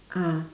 ah